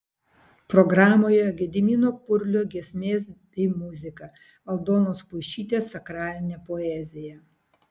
programoje gedimino purlio giesmės bei muzika aldonos puišytės sakralinė poezija